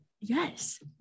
yes